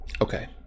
Okay